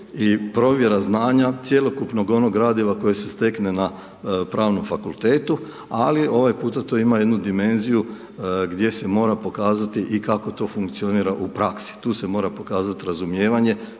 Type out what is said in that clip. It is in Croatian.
i provjera znanja cjelokupnog onog gradiva koji se stekne na pravnom fakultetu, ali ovaj puta to ima jednu dimenziju, gdje se mora pokazati i kako to funkcionira u praski. Tu se mora pokazati razumijevanje,